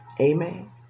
Amen